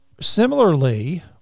Similarly